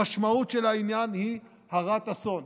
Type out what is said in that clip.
המשמעות של העניין היא הרת אסון.